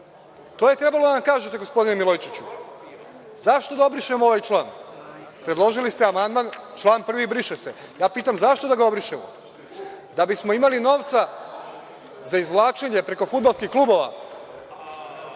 To je trebalo da nam kažete, gospodine Milojičiću, zašto da obrišemo ovaj član? Predložili ste amandman – član 1. briše se. Ja pitam – zašto da ga obrišemo, da bismo imali novca za izvlačenje preko fudbalskih klubova,